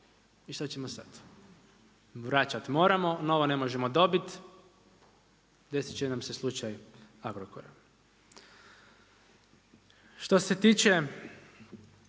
i šta ćemo sad? Vraćat moramo, novo ne možemo dobri, desit će nam se slučaj Agrokora. Što se tiče